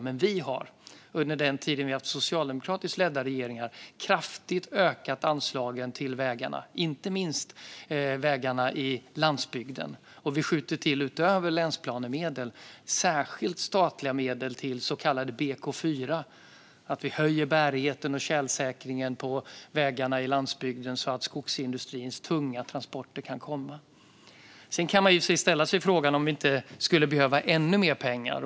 Men under den tid som vi har haft socialdemokratiskt ledda regeringar har vi kraftigt ökat anslagen till vägarna, inte minst vägarna på landsbygden. Utöver länsplanemedel skjuter vi till särskilda statliga medel till det som kallas BK4. Vi höjer bärigheten och tjälsäkringen på vägarna på landsbygden så att skogsindustrins tunga transporter kan komma fram. Sedan kan man i och för sig ställa sig frågan om vi inte skulle behöva ännu mer pengar.